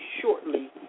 shortly